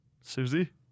Susie